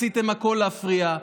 עשיתם הכול להפריע.